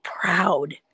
proud